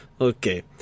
Okay